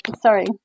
Sorry